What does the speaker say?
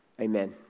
Amen